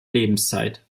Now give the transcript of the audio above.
lebenszeit